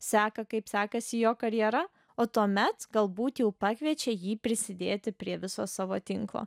seka kaip sekasi jo karjera o tuomet galbūt jau pakviečia jį prisidėti prie viso savo tinklo